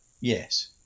Yes